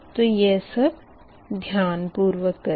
तो यह सब ध्यानपूर्वक करें